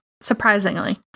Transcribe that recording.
surprisingly